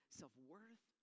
self-worth